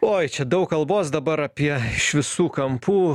oi čia daug kalbos dabar apie iš visų kampų